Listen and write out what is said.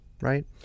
right